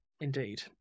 indeed